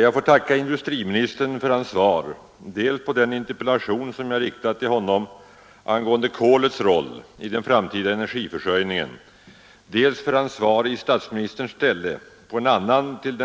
Jag får tacka industriministern för hans svar på dels den interpellation som jag framställt till honom angående kolets roll i den framtida energiförsörjningen, dels den interpellation som jag framställt till